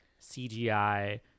CGI